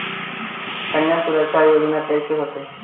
कन्या सुरक्षा योजना कैसे होतै?